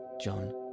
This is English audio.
John